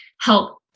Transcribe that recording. help